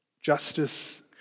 justice